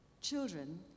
Children